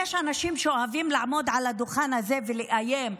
שיש אנשים שאוהבים לעמוד על הדוכן הזה ולאיים: